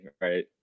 Right